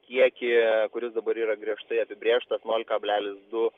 kiekį kuris dabar yra griežtai apibrėžtas nol kablelis du